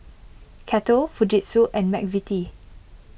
Kettle Fujitsu and Mcvitie's